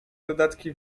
dodatki